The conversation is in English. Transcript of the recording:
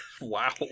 wow